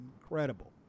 incredible